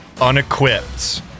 unequipped